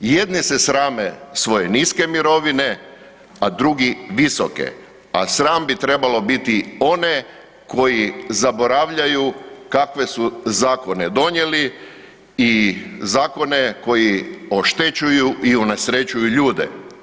Jedni se srame svoje niske mirovine, a drugi visoke, a sram bi trebalo biti one koji zaboravljaju kakve su zakone donijeli i zakone koji oštećuju i unesrećuju ljude.